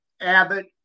Abbott